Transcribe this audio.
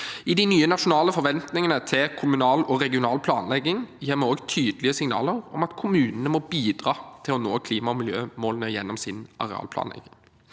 I de nye nasjonale forventningene til kommunal og regional planlegging gir vi også tydelige signaler om at kommunene må bidra til å nå klima- og miljømålene gjennom sin arealplanlegging.